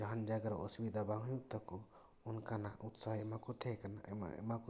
ᱡᱟᱦᱟᱱ ᱡᱟᱭᱜᱟ ᱨᱮ ᱚᱥᱩᱵᱤᱫᱟ ᱵᱟᱝ ᱦᱩᱭᱩᱜ ᱛᱟᱠᱚ ᱚᱱᱠᱟᱱᱟᱜ ᱩᱛᱥᱟᱦᱚ ᱮᱢᱟᱠᱚ ᱛᱟᱦᱮᱸ ᱠᱟᱱᱟ ᱮᱢᱟ ᱠᱚ ᱛᱟᱦᱮᱸᱱᱟ ᱟᱨ